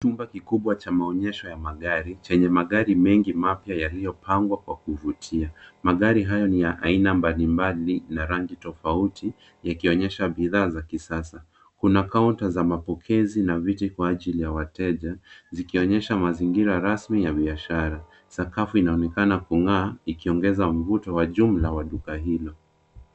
Chumba kikubwa cha maonyesho ya magari, chenye magari mengi mapya yaliyopangwa kwa kuvutia. Magari hayo ni ya aina mbalimbali na rangi tofauti yakionyesha bidhaa za kisasa. Kuna counter za mapokezi na viti kwa ajili ya wateja, zikionyesha mazingira rasmi ya biashara. Sakafu inaonekana kung'aa, ikiongeza mvuto wa jumla wa duka hili.